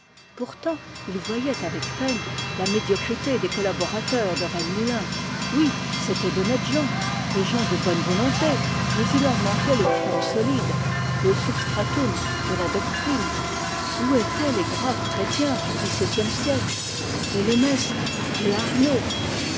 pourtant il voyait avec peine la médiocrité des collaborateurs de rennemoulin c'étaient d'honnêtes gens des gens de bonne volonté mais il leur manquait le fonds solide le substratum de la doctrine où étaient les graves chrétiens du xviie siècle les le maistre les arnauld